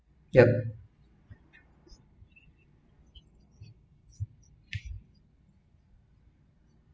yup